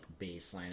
baseline